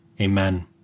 Amen